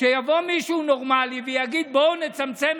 כשיבוא מישהו נורמלי ויגיד: בואו נצמצם